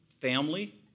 family